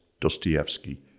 Dostoevsky